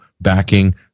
backing